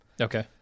Okay